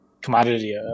commodity